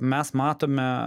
mes matome